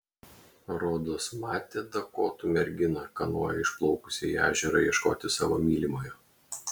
rodos matė dakotų merginą kanoja išplaukusią į ežerą ieškoti savo mylimojo